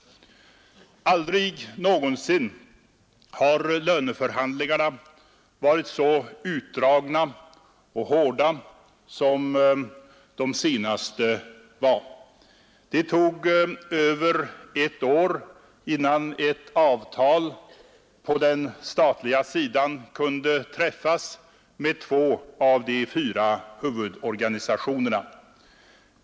Aldrig någonsin har löneförhandlingarna varit så utdragna och hårda som de senaste var. Det tog över ett år innan ett avtal på den statliga sidan kunde träffas med två av de fyra huvudorganisationerna.